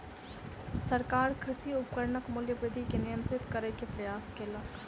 सरकार कृषि उपकरणक मूल्य वृद्धि के नियंत्रित करै के प्रयास कयलक